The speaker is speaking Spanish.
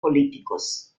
políticos